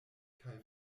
kaj